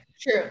True